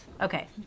Okay